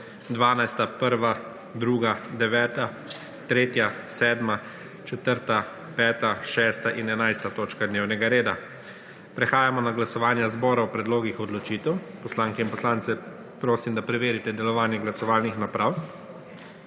12., 1., 2., 9., 3., 7., 4., 5., 6. in 11. točka dnevnega reda. Prehajamo na glasovanje zbora o predlogih odločitev. Poslanke in poslance prosim, da preverite delovanje glasovalnih naprav.